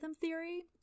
theory